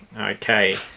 okay